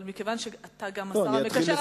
אבל מכיוון שאתה גם השר המקשר,